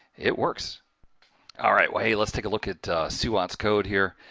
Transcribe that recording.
it works alright well, hey, let's take a look at suat's code here.